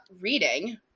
reading